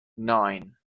nine